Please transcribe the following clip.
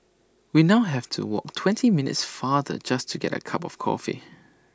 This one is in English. we now have to walk twenty minutes farther just to get A cup of coffee